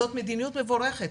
זאת מדיניות מבורכת.